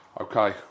Okay